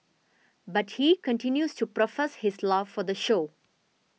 but he continues to profess his love for the show